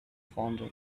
fonder